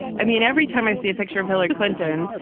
i mean, every time i see a picture of hillary clinton,